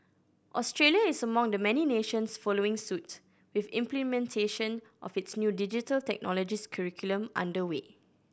Australia is among the many nations following suit with implementation of its new Digital Technologies curriculum under way